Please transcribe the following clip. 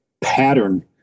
pattern